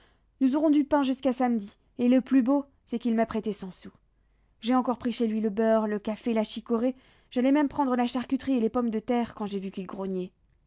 nous aurons du pain jusqu'à samedi et le plus beau c'est qu'il m'a prêté cent sous j'ai encore pris chez lui le beurre le café la chicorée j'allais même prendre la charcuterie et les pommes de terre quand j'ai vu qu'il grognait